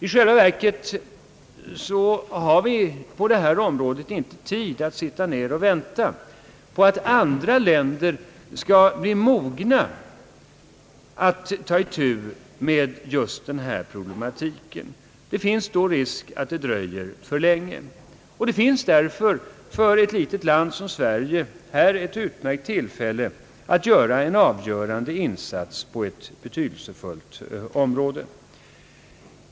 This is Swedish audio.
I själva verket har vi inte tid att sitta ner och vänta på att andra länder skall bli mogna att ta itu med den här problematiken — då är risken att det dröjer för länge. Ett litet land som Sverige har här ett utmärkt tillfälle att prestera en avgörande insats på ett betydelsefullt område.